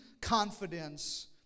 confidence